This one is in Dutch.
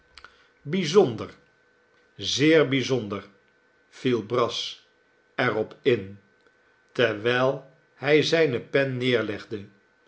bijzonder zeer bijzonder viel brass er op in terwijl hij zijne pen neerlegde